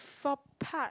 for part